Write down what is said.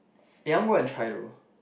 eh I want go and try though